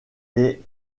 les